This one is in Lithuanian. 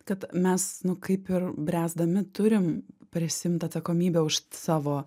kad mes nu kaip ir bręsdami turim prisiimt atsakomybę už savo